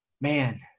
Man